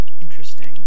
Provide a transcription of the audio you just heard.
interesting